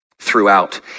throughout